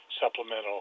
supplemental